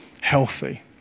healthy